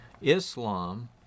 Islam